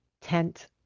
tent